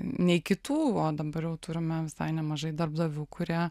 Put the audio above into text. nei kitų o dabar jau turime visai nemažai darbdavių kurie